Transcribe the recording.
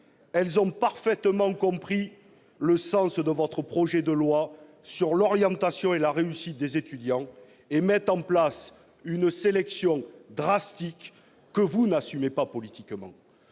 Elles ont parfaitement compris le sens de votre projet de loi relatif à l'orientation et à la réussite des étudiants et mettent en place une sélection drastique que vous n'assumez pas politiquement.